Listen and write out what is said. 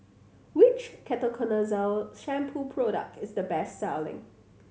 which Ketoconazole Shampoo product is the best selling